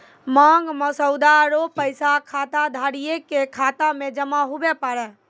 मांग मसौदा रो पैसा खाताधारिये के खाता मे जमा हुवै पारै